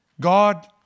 god